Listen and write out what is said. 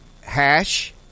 Hash